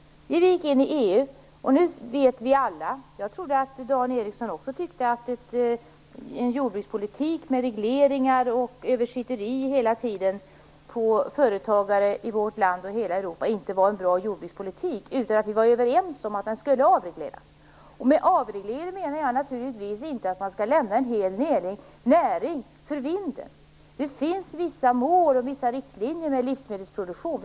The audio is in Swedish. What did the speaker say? Sedan gick vi med i EU, och nu vet vi alla hur det ser ut. Jag trodde att Dan Ericsson också tyckte att en jordbrukspolitik med regleringar och översitteri mot företagare i vårt land och i hela Europa inte var en bra jordbrukspolitik. Jag trodde att vi var överens om att den skulle avregleras. Med avreglering menar jag naturligtvis inte att man skall lämna en hel näring för vinden. Det finns vissa mål och vissa riktlinjer när det gäller livsmedelsproduktion.